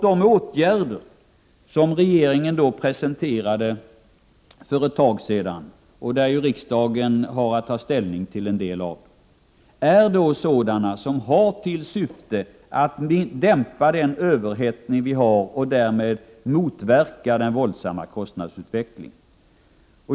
De åtgärder som regeringen presenterade för ett tag sedan och som riksdagen skall ta ställning till har till syfte att dämpa överhettningen och motverka den våldsamma kostnadsutvecklingen.